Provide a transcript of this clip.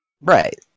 Right